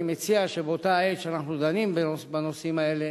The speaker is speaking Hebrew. אני מציע שבאותה עת שאנחנו דנים בנושאים האלה,